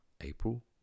April